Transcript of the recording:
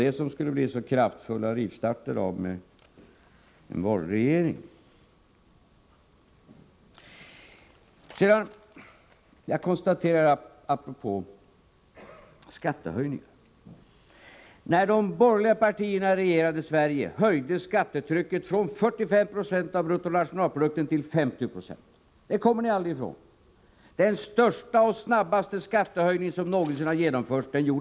Det skulle ju bli en så kraftig rivstart med en borgerlig regering. Sedan konstaterar jag beträffande skattehöjningar följande. När de borgerliga partierna regerade Sverige höjdes skattetrycket från 45 96 av bruttonationalprodukten till 50 96. Det kommer ni aldrig ifrån. Den största och snabbaste skattehöjning som någonsin gjorts genomfördes av er.